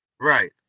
right